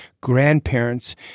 grandparents